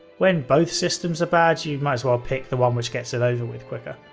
when both systems are bad, you might as well pick the one which gets it over with quicker.